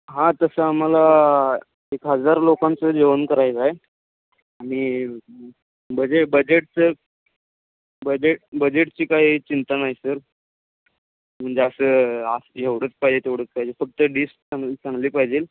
हां तसं आम्हाला एक हजार लोकांचं जेवण करायचं आहे आणि बजेट बजेटचं बजेट बजेटची काही चिंता नाही सर म्हणजे असं असं एवढंच पाहिजे तेवढंच पाहिजे फक्त डिश चांगली चांगली पाहिजे